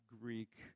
Greek